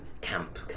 camp